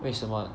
为什么